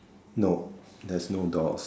no there's no doors